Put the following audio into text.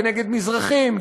כנגד מזרחיים,